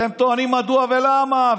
אתם טוענים: מדוע ולמה,